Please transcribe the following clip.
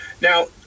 now